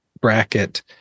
bracket